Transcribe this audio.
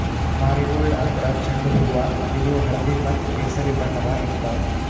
marigold ಅಂದ್ರ ಚೆಂಡು ಹೂವಾ ಇದು ಹಳ್ದಿ ಮತ್ತ್ ಕೆಸರಿ ಬಣ್ಣದಾಗ್ ಇರ್ತವ್